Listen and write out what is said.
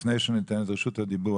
לפני שניתן את רשות הדיבור,